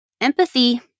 empathy